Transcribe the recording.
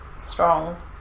strong